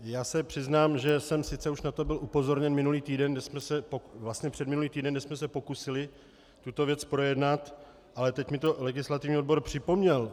Já se přiznám, že jsem sice už na to byl upozorněn minulý týden, vlastně předminulý týden, kdy jsme se pokusili tuto věc projednat, ale teď mi to legislativní odbor připomněl.